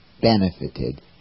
benefited